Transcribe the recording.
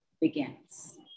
begins